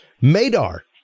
Madar